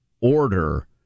order